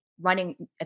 running